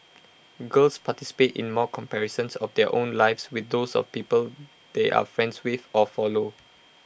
girls participate in more comparisons of their own lives with those of the people they are friends with or follow